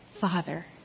Father